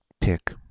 pick